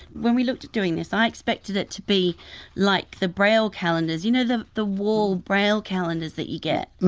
when we looked at doing this, i expected it to be like the braille calendars, you know the the wall braille calendars that you get?